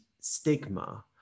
stigma